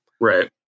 right